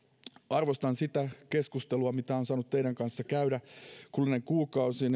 arvostan sitä keskustelua mitä olen saanut teidän kanssanne käydä kuluneiden kuukausien